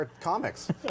comics